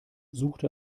suchte